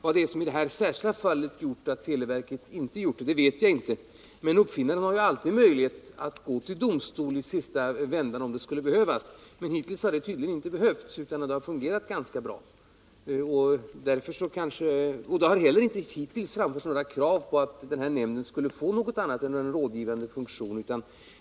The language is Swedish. Vad som i det här särskilda fallet gjort att televerket inte följt nämnden vet jag inte. Men uppfinnare har ju alltid möjlighet att gå till domstol i sista vändan, om det skulle behövas. Hittills har det tydligen inte behövts, utan det hela har fungerat ganska bra. Det har heller inte hittills framförts några krav på att den här nämnden skulle få något annat än en rådgivande funktion.